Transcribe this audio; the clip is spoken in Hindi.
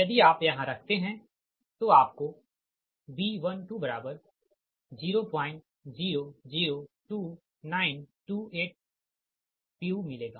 यदि आप यहाँ रखते है तो आपको B120002928 pu मिलेगा